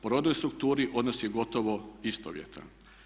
Po rodnoj strukturi odnos je gotovo istovjetan.